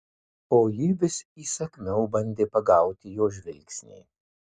o ji vis įsakmiau bandė pagauti jo žvilgsnį